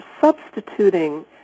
substituting